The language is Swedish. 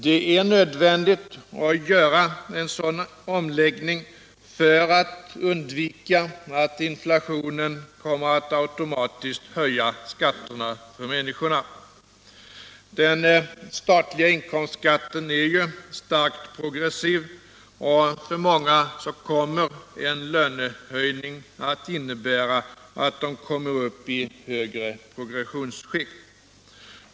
Det är nödvändigt att göra en sådan omläggning för att undvika att inflationen automatiskt kommer att höja skatterna för människorna. Den statliga inkomstskatten är ju starkt progressiv, och för många kommer en lönehöjning att innebära att de kommer upp i högre progressionsskikt.